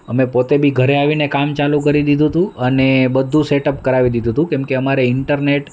અમે પોતે બી ઘરે આવીને કામ ચાલું કરી દીધું તું અને બધુ સેટઅપ કરાવી દીધું તું કેમકે અમારે ઈન્ટરનેટ